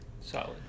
solid